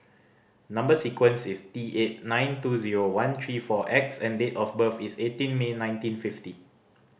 number sequence is T eight nine two zero one three four X and date of birth is eighteen May nineteen fifty